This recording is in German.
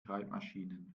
schreibmaschinen